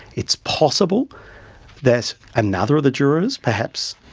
it's possible that another of the jurors, perhaps,